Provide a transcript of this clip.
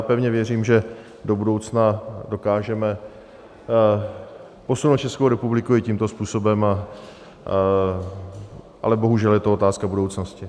Pevně věřím, že do budoucna dokážeme posunout Českou republiku i tímto způsobem, ale bohužel je to otázka budoucnosti.